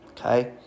okay